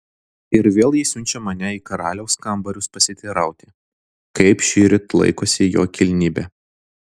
ir vėl ji siunčia mane į karaliaus kambarius pasiteirauti kaip šįryt laikosi jo kilnybė